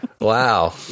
Wow